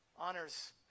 honors